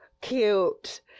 cute